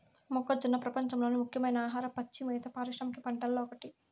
మొక్కజొన్న ప్రపంచంలోని ముఖ్యమైన ఆహార, పచ్చి మేత పారిశ్రామిక పంటలలో ఒకటి